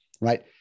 right